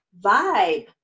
vibe